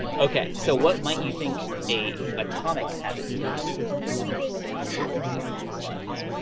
okay, so what might you think a atomic habit would be? a really big habit that you've achieved.